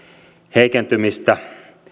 heikentymistä